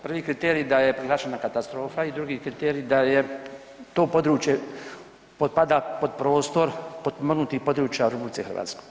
Prvi kriterij da je proglašena katastrofa i drugi kriterij da je to područje potpada pod prostor potpomognutih područja u RH.